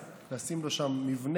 יש מספיק שגרירויות לכולם, ל-120,